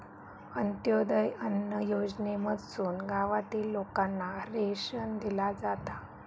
अंत्योदय अन्न योजनेमधसून गावातील लोकांना रेशन दिला जाता